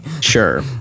sure